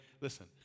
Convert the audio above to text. Listen